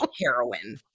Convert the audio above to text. heroin